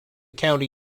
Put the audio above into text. county